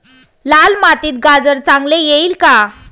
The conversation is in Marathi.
लाल मातीत गाजर चांगले येईल का?